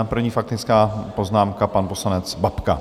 První faktická poznámka pan poslanec Babka.